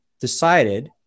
decided